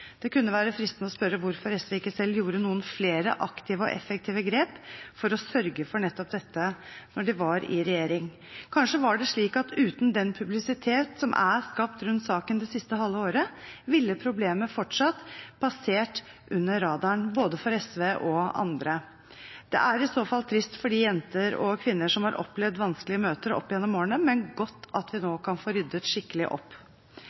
Det kunne være fristende å spørre hvorfor SV ikke selv gjorde noen flere aktive og effektive grep for å sørge for nettopp dette da de satt i regjering. Kanskje var det slik at uten den publisiteten som er skapt rundt saken det siste halve året, ville problemet fortsatt passert under radaren, både for SV og andre. Det er i så fall trist for de jenter og kvinner som har opplevd vanskelige møter opp gjennom årene, men det er godt at vi nå kan få ryddet skikkelig opp.